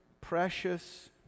precious